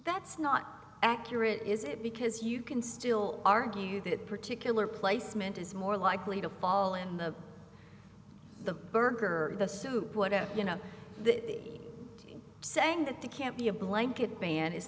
that's not accurate is it because you can still argue that particular placement is more likely to fall in the the burger or the soup whatever you know the saying that they can't be a blanket ban is